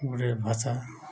ଗୁଟେ ଭାଷା